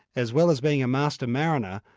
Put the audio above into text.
as well as being a master mariner,